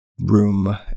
room